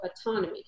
autonomy